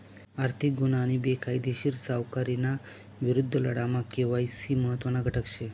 आर्थिक गुन्हा आणि बेकायदेशीर सावकारीना विरुद्ध लढामा के.वाय.सी महत्त्वना घटक शे